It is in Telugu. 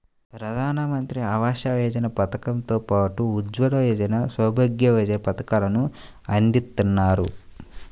ప్రధానమంత్రి ఆవాస యోజన పథకం తో పాటు ఉజ్వల యోజన, సౌభాగ్య యోజన పథకాలను అందిత్తన్నారు